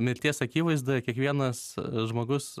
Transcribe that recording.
mirties akivaizdoj kiekvienas žmogus